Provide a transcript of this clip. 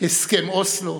הסכם אוסלו,